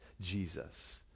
Jesus